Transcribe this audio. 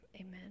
amen